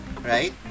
right